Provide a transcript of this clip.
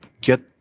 get